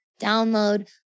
download